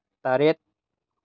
ꯇꯔꯦꯠ